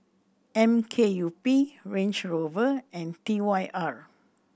M K U P Range Rover and T Y R